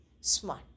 smart